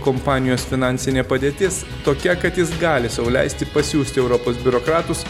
kompanijos finansinė padėtis tokia kad jis gali sau leisti pasiųsti europos biurokratus